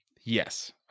Yes